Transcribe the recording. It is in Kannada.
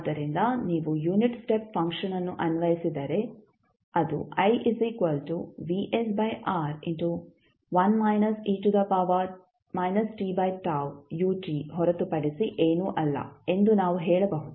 ಆದ್ದರಿಂದ ನೀವು ಯುನಿಟ್ ಸ್ಟೆಪ್ ಫಂಕ್ಷನ್ ಅನ್ನು ಅನ್ವಯಿಸಿದರೆ ಅದು ಹೊರತುಪಡಿಸಿ ಏನೂ ಅಲ್ಲ ಎಂದು ನಾವು ಹೇಳಬಹುದು